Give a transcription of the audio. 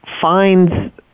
finds